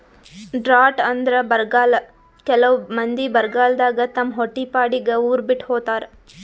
drought ಅಂದ್ರ ಬರ್ಗಾಲ್ ಕೆಲವ್ ಮಂದಿ ಬರಗಾಲದಾಗ್ ತಮ್ ಹೊಟ್ಟಿಪಾಡಿಗ್ ಉರ್ ಬಿಟ್ಟ್ ಹೋತಾರ್